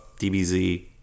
DBZ